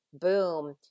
boom